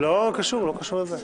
לא קשור לזה.